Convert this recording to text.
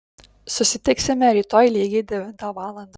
susitiksime rytoj lygiai devintą valandą